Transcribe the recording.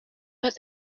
but